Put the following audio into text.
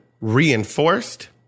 reinforced